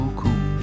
cool